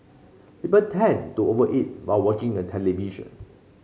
people tend to over eat while watching the television